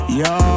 yo